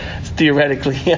theoretically